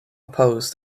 oppose